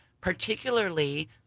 particularly